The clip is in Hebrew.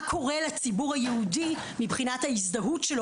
מה קורה לציבור היהודי מבחינת ההזדהות שלו